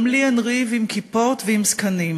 גם לי אין ריב עם כיפות ועם זקנים.